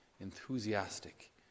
enthusiastic